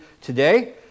today